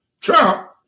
Trump